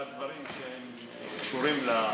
אני אמרתי את כל הדברים שהם קשורים,